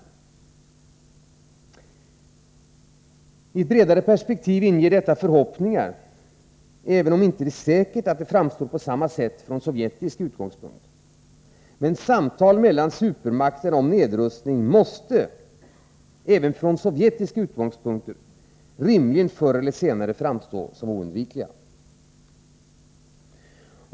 I ett bredare perspektiv inger detta förhoppningar, även om det inte är säkert att det framstår på samma sätt från sovjetisk utgångspunkt. Men samtal mellan de bägge supermakterna om nedrustning måste, även från sovjetiska synpunkter, rimligen förr eller senare framstå som oundvikliga.